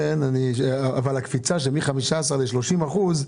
הקפיצה מ-15 ל-30 אחוזים,